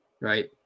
right